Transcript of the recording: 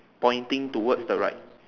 pointing towards the right